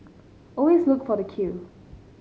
always look for the queue